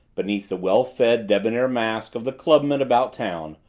beneath the well-fed, debonair mask of the clubman about town,